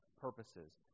purposes